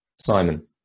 simon